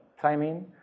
timing